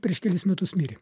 prieš kelis metus mirė